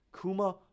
Kuma